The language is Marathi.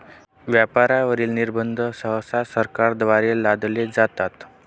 व्यापारावरील निर्बंध सहसा सरकारद्वारे लादले जातात